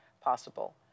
possible